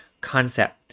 concept